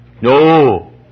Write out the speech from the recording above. No